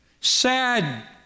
Sad